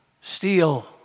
steal